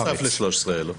בנוסף ל-13,000 האלה.